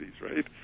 right